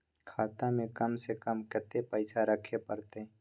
खाता में कम से कम कत्ते पैसा रखे परतै?